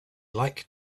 like